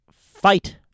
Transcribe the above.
Fight